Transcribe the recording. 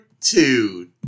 two